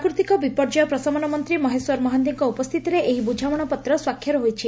ପ୍ରାକୃତିକ ବିପର୍ଯ୍ୟୟ ପ୍ରସମନ ମନ୍ତୀ ମହେଶ୍ୱର ମହାନ୍ତିଙ୍କ ଉପସ୍ଥିତିରେ ଏହି ବୁଝାମଣାପତ୍ର ସ୍ୱାକ୍ଷର ହୋଇଛି